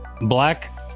Black